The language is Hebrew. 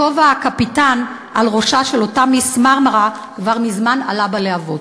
כובע הקפיטן על ראשה של אותה "מיס מרמרה" כבר מזמן עלה בלהבות.